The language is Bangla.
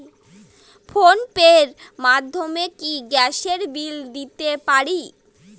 ফোন পে র মাধ্যমে কি গ্যাসের বিল দিতে পারি?